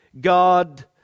God